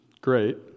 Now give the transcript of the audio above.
great